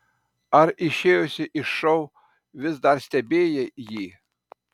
ar išėjusi iš šou vis dar stebėjai jį